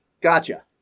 Gotcha